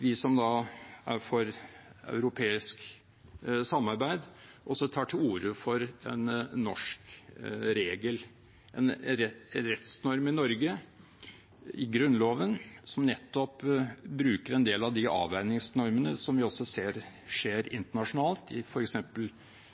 vi som er for europeisk samarbeid, også tar til orde for en norsk regel, en rettsnorm i Norge, i Grunnloven, som nettopp bruker en del av de avveiningsnormene – som vi også ser skje internasjonalt.